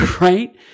right